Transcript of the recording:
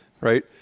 right